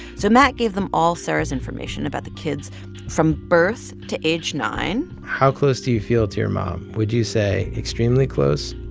so matt gave them all sara's information about the kids from birth to age nine point how close do you feel to your mom? would you say extremely close,